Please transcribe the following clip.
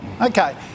Okay